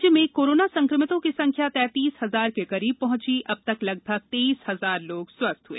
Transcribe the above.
राज्य में कोरोना संक्रमितों की संख्या तैतीस हजार के करीब पहुंची अब तक लगभग तेईस हजार लोग स्वस्थ हुए